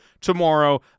tomorrow